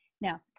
Now